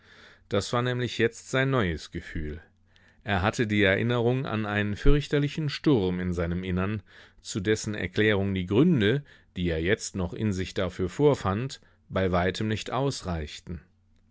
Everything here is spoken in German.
das war nämlich jetzt sein neues gefühl er hatte die erinnerung an einen fürchterlichen sturm in seinem innern zu dessen erklärung die gründe die er jetzt noch in sich dafür vorfand bei weitem nicht ausreichten